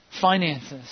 Finances